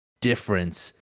difference